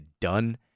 done